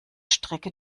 strecke